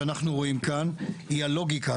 שאנחנו רואים כאן היא הלוגיקה.